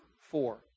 Four